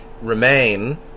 remain